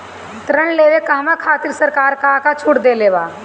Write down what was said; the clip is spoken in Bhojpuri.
ऋण लेवे कहवा खातिर सरकार का का छूट देले बा?